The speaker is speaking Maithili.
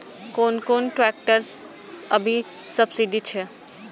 कोन कोन ट्रेक्टर अभी सब्सीडी छै?